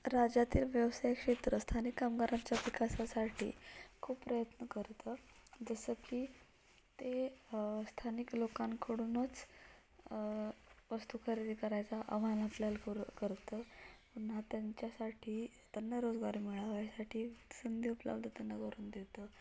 राज्यातील व्यावसायिक क्षेत्र स्थानिक कामगारांच्या विकासासाठी खूप प्रयत्न करतं जसं की ते स्थानिक लोकांकडूनच वस्तू खरेदी करायचा आव्हान आपल्याला करू करतं पुन्हा त्यांच्यासाठी त्यांना रोजगार मिळावा यासाठी संधी उपलब्ध त्यांना करून देतं